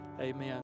amen